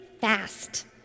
fast